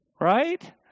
Right